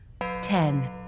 Ten